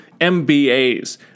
MBAs